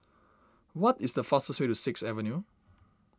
what is the fastest way to Sixth Avenue